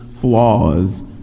flaws